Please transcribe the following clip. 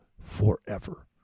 forever